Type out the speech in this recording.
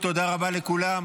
תודה רבה לכולם.